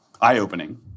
eye-opening